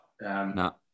No